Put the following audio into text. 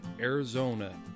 Arizona